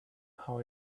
how